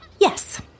Yes